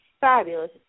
fabulous